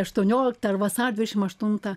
aštuoniolikta ar vasario dvidešim aštunta